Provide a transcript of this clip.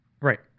right